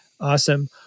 Awesome